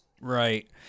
right